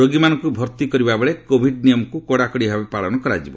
ରୋଗୀମାନଙ୍କୁ ଭର୍ତ୍ତି କରିବାବେଳେ କୋଭିଡ୍ ନିୟମକୁ କଡ଼ାକଡ଼ି ଭାବେ ପାଳନ କରାଯିବ